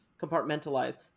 compartmentalize